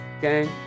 gang